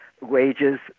wages